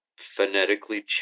phonetically